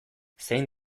zein